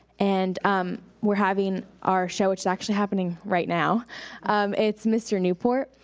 and um we're having our show, it's actually happening right now it's mr. newport.